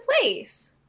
place